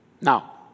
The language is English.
Now